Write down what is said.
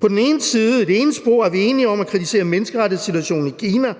På den ene side, i det ene spor, er vi enige om at kritisere menneskerettighedssituationen i Kina